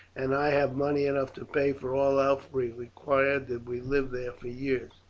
and i have money enough to pay for all else we require did we live there for years.